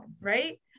right